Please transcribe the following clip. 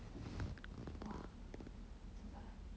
!wah! 这个 ah